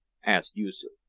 asked yoosoof.